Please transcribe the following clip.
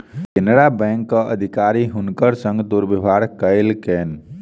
केनरा बैंकक अधिकारी हुनकर संग दुर्व्यवहार कयलकैन